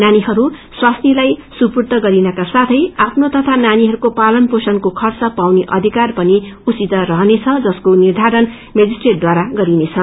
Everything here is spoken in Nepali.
नानीहरू स्वास्नीलाई सुम्पिनेछ साथै आफ्नो तथा नानीहरूको पालन पोषणको खर्च पाउने अध्क्रिार पनि उसित रहनेछ जसको निर्धारण मेञ्स्ट्रिटद्वारा गरिनेछ